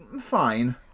fine